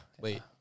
Wait